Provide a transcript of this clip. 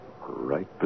right